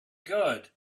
god